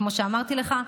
כמו שאמרתי לך,